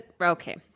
okay